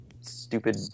stupid